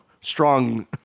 Strong